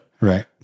Right